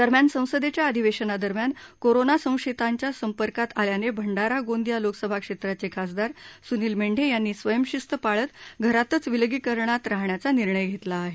दरम्यान संसदेच्या अधिवेशनादरम्यान कोरोना संशयितांच्या संपर्कात आल्याने भंडारा गोंदिया लोकसभा क्षेत्राचे खासदार सुनील मेंढे हयांनी स्वयं शिस्त पाळत घरातच विलगीकरणात राहण्याचा निर्णय घेतला आहे